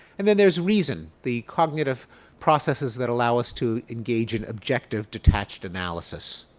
and then there's reason, the cognitive processes that allow us to engage in objective, detached analysis.